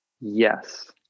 Yes